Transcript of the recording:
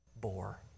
bore